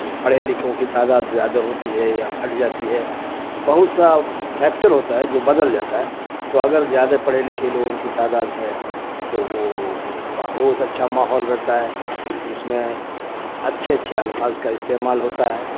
پڑھے لکھوں کی تعداد زیادہ ہوتی ہے یا گھٹ جاتی ہے بہت سا فیکٹر ہوتا ہے جو بدل جاتا ہے تو اگر زیادہ پڑھے لکھے لوگوں کی تعداد ہے تو وہ بہت اچھا ماحول رہتا ہے اس میں اچھے اچھے الفاظ کا استعمال ہوتا ہے